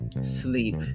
sleep